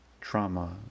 trauma